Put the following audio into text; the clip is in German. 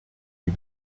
die